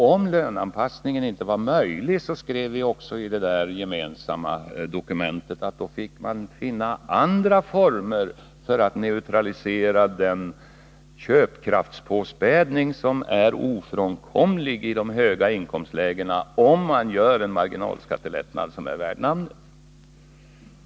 Om löneanpassning inte var möjlig, skrev vi också i det gemensamma dokumentet, fick vi finna andra former för att neutralisera den köpkraftpåspädning som är ofrånkomlig i de höga inkomstlägena om man genomför en marginalskattelättnad som är värd namnet.